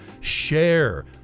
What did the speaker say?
share